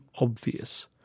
obvious